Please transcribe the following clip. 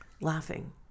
laughing